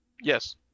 yes